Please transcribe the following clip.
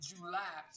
July